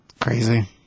crazy